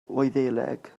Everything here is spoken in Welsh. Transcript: wyddeleg